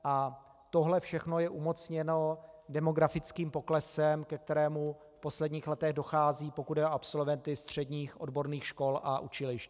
A tohle všechno je umocněno demografickým poklesem, ke kterému v posledních letech dochází, pokud jde o absolventy středních odborných škol a učilišť.